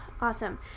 Awesome